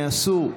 יעשו.